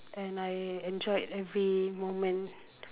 and I enjoyed every moment